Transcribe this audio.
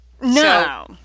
No